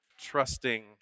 Trusting